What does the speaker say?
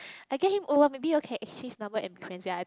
I get him over maybe you all can exchange number and be friends ya I think